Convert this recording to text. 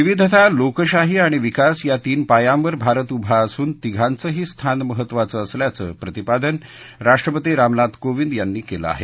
विविधता लोकशाही आणि विकास या तीन पायांवर भारत उभा असून तिघांचही स्थान महत्त्वाचं असल्याचं प्रतिपादन राष्ट्रपती रामनाथ कोविंद यांनी केलं आहे